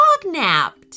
dog-napped